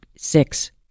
Six